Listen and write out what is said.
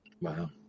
Wow